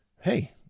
hey